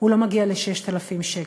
הוא לא מגיע ל-6,000 שקל.